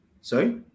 Sorry